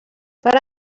per